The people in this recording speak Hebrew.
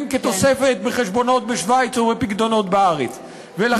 כתוספת בחשבונות בשווייץ או בפיקדונות בארץ,